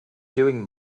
doing